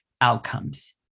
outcomes